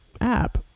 app